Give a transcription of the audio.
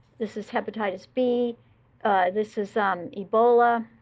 this is hepatitis b this is um ebola.